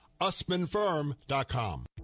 usmanfirm.com